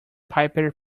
piper